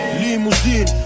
Limousine